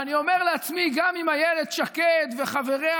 ואני אומר לעצמי: גם אם אילת שקד וחבריה